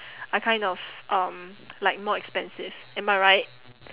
are kind of um like more expensive am I right